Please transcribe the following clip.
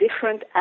different